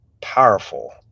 powerful